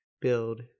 build